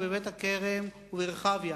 בבית-הכרם וברחביה,